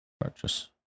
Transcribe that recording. Purchase